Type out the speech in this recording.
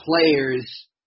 players